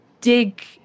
dig